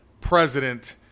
president